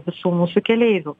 visų mūsų keleivių